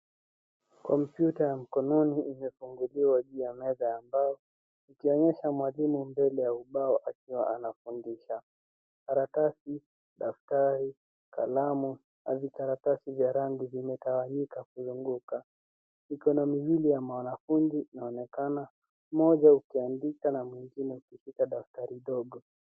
Kompyuta ya mkononi imefunguliwa juu ya meza ya mbao ikionyesha mwalimu mbele ya ubao akiwa anafundisha. Karatasi, daftari, kalamu, hadi karatasi za rangi vimetawanyika kuzunguka. Ikona mizili ya mawanafunzi inaonekana, moja ukiandika na mwingine ukishika daftari dogo.